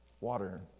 water